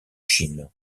chine